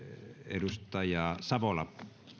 edustaja savola